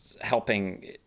helping